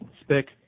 spick